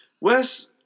Wes